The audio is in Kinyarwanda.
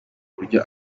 buryo